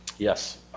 Yes